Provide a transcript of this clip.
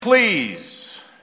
Please